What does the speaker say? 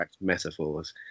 metaphors